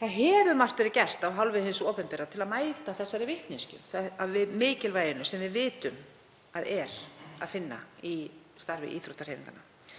Margt hefur verið gert af hálfu hins opinbera til að mæta þessari vitneskju, mikilvæginu sem við vitum að er að finna í starfi íþróttahreyfingarinnar.